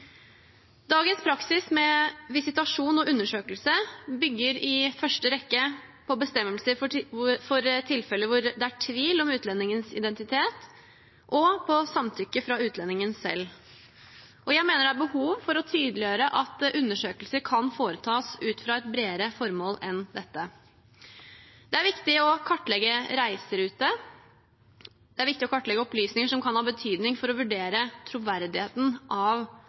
Dagens praksis med visitasjon og undersøkelse bygger i første rekke på bestemmelser for tilfeller hvor det er tvil om utlendingens identitet, og på samtykke fra utlendingen selv, og jeg mener det er behov for å tydeliggjøre at undersøkelser kan foretas ut fra et bredere formål enn dette. Det er viktig å kartlegge reiseruten, og det er viktig å kartlegge opplysninger som kan ha betydning for å vurdere troverdigheten av